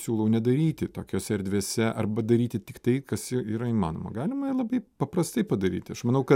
siūlau nedaryti tokiose erdvėse arba daryti tik tai galima ir labai paprastai padaryti aš manau kad